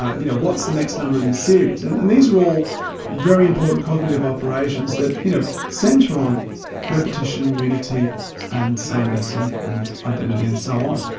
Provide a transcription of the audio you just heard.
you know, what's the next number in the series? and and these are all very important cognitive operations that you know, centre on repetition, unity and sameness and and identity and so on.